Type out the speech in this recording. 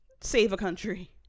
Save-A-Country